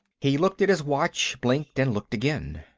he looked at his watch, blinked, and looked again.